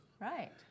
Right